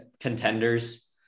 contenders